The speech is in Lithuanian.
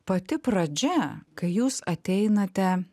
pati pradžia kai jūs ateinate